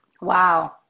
Wow